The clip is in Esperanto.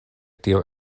tio